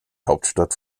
hauptstadt